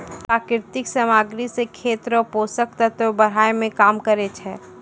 प्राकृतिक समाग्री से खेत रो पोसक तत्व बड़ाय मे काम करै छै